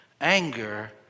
Anger